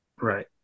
Right